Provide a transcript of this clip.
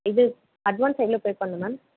இது அட்வான்ஸ் எவ்வளோ பே பண்ணணும் மேம்